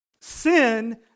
sin